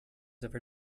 ever